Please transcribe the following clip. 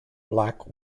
black